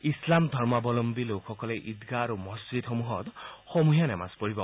ইছলাম ধৰ্মাৱলম্বী লোকসকলে ঈদগাহ আৰু মছজিদসমূহত সমূহীয়া নামাজ পঢ়িব